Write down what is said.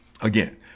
Again